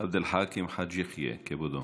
עבד אל חכים חאג' יחיא, כבודו.